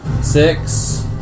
six